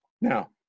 Now